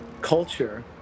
culture